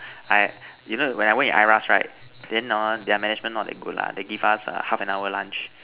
I you know when I work in I_R_A_S then hor their management not that good lah they give us a half an hour lunch